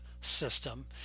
system